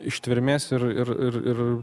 ištvermės ir ir ir ir